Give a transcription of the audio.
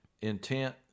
intent